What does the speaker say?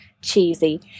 cheesy